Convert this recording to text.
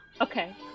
Okay